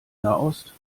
nahost